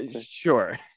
sure